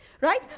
Right